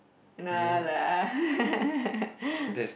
no lah